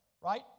right